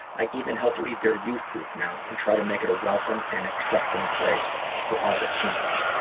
i even help lead their youth group now and try to make it a welcome and accepting place for all the teens.